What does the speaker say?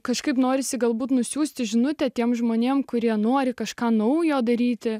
kažkaip norisi galbūt nusiųsti žinutę tiems žmonėms kurie nori kažką naujo daryti